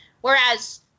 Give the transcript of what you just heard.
Whereas